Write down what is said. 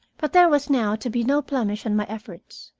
but there was now to be no blemish on my efforts.